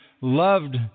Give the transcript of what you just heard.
Loved